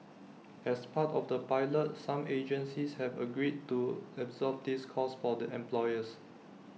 as part of the pilot some agencies have agreed to absorb this cost for the employers